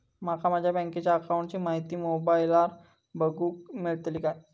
माका माझ्या बँकेच्या अकाऊंटची माहिती मोबाईलार बगुक मेळतली काय?